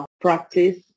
practice